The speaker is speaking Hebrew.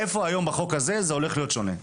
איפה היום בחוק הזה זה הולך להיות שונה?